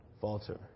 falter